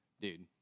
dude